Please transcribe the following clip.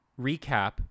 recap